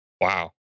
Wow